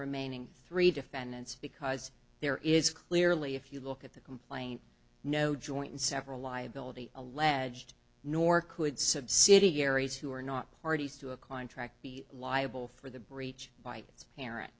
remaining three defendants because there is clearly if you look at the complaint no joint and several liability alleged nor could subsidiaries who are not parties to a contract be liable for the breach by its parent